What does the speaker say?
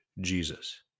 Jesus